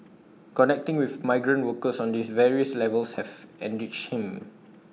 connecting with migrant workers on these various levels have enriched him